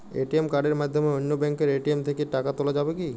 ATM কার্ডের মাধ্যমে অন্য ব্যাঙ্কের এ.টি.এম থেকে টাকা তোলা যাবে কি?